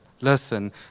listen